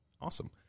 Awesome